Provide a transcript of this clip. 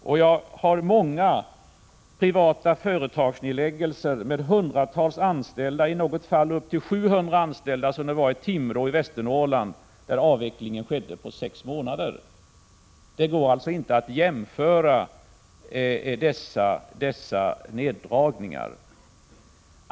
Jag har exempel på många privata företagsnedläggelser med hundratals anställda — och upp till 700 anställda i fallet Timrå i Västernorrland, där avvecklingen skedde på sex månader. Det går alltså inte att jämföra dessa neddragningar.